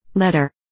Letter